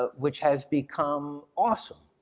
ah which has become awesome,